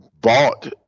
bought